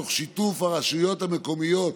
תוך שיתוף הרשויות המקומיות,